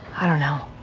i don't know.